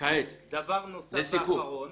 דבר נוסף ואחרון,